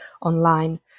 online